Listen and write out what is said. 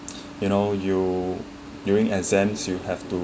you know you during exams you have to